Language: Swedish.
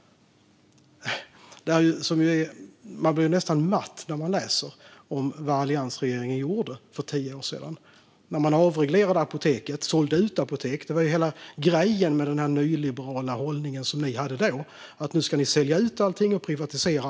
Man blir nästan matt när man läser vad alliansregeringen gjorde för tio år sedan när man avreglerade och sålde ut apoteket. Det var hela grejen med den nyliberala hållningen som ni hade då: Allting skulle säljas ut och privatiseras.